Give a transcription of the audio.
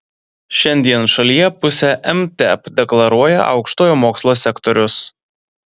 šiandien šalyje pusę mtep deklaruoja aukštojo mokslo sektorius